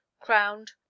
crowned